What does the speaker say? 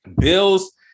Bills